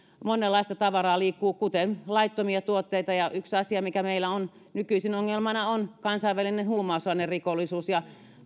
monenlaista tavaraa liikkuu kuten laittomia tuotteita yksi asia mikä meillä on nykyisin ongelmana on kansainvälinen huumausainerikollisuus ja